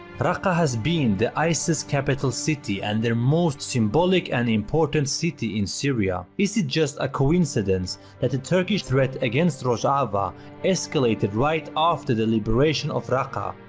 raqqa has been the isis capital city and their most symbolic and important city in syria. is it just a coincidence that the turkish threat against rojava escalated right after the liberation of raqqa?